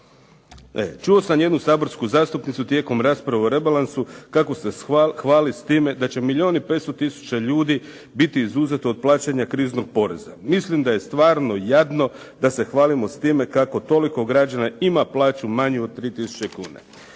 Čuo sam jednu saborsku zastupnicu tijekom rasprave o rebalansu kako se hvali s time da će milijun i 500 tisuća ljudi biti izuzeto od plaćanja kriznog poreza. Mislim da je stvarno jadno da se hvalimo s time kako toliko građana ima plaću manju od 3 000 kuna